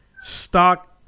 stock –